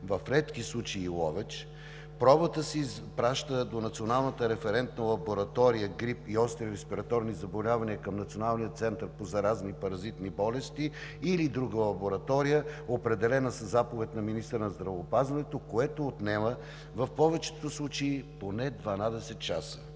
в редки случаи и Ловеч, пробата се изпраща до Националната референтна лаборатория „Грип и остри респираторни заболявания“ към Националния център по заразни и паразитни болести или друга лаборатория, определена със заповед на министъра на здравеопазването, което отнема в повечето случаи поне 12 часа.